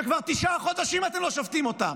כשכבר תשעה חודשים אתה לא שופטים אותם,